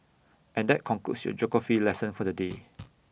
and that concludes your geography lesson for the day